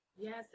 Yes